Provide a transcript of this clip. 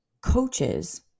coaches